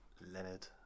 leonard